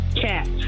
Cat